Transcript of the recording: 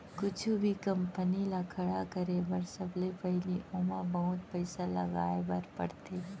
कुछु भी कंपनी ल खड़ा करे बर सबले पहिली ओमा बहुत पइसा लगाए बर परथे